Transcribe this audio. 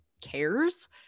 cares